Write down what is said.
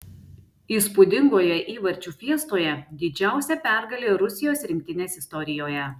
įspūdingoje įvarčių fiestoje didžiausia pergalė rusijos rinktinės istorijoje